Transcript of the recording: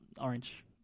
Orange